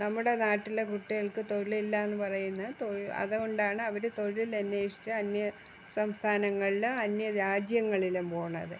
നമ്മുടെ നാട്ടിലെ കുട്ടികൾക്ക് തൊഴിലില്ല എന്ന് പറയുന്നത് തൊഴിൽ അതുകൊണ്ടാണ് അവര് തൊഴിൽ അന്വേഷിച്ച് അന്യ സംസ്ഥാനങ്ങളിലും അന്യ രാജ്യങ്ങളിലും പോകുന്നത്